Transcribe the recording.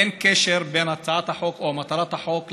אין קשר בין הצעת החוק או מטרת החוק לתעבורה.